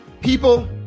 People